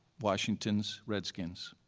washington's redskins.